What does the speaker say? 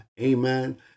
Amen